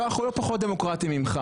לא, אנחנו לא פחות דמוקרטים ממך.